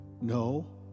No